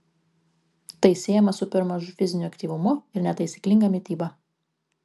tai siejama su per mažu fiziniu aktyvumu ir netaisyklinga mityba